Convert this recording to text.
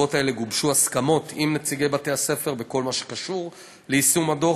בישיבות האלה גובשו הסכמות עם נציגי בתי-הספר בכל מה שקשור ליישום הדוח,